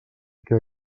què